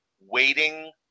waiting